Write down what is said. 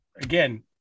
Again